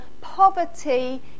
poverty